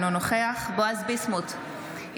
אינו נוכח בועז ביסמוט,